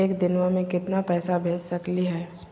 एक दिनवा मे केतना पैसवा भेज सकली हे?